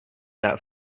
that